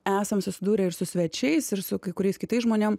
esam susidūrę ir su svečiais ir su kai kuriais kitais žmonėm